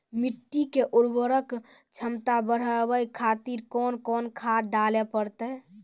मिट्टी के उर्वरक छमता बढबय खातिर कोंन कोंन खाद डाले परतै?